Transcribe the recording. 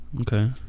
Okay